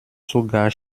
sogar